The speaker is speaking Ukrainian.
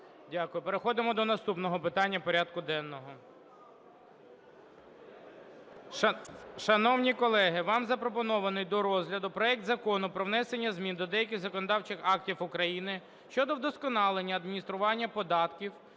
Дякую. Переходимо до наступного питання порядку денного.